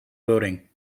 building